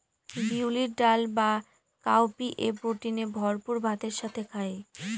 বিউলির ডাল বা কাউপিএ প্রোটিনে ভরপুর ভাতের সাথে খায়